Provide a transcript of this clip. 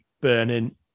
Burning